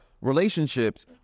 relationships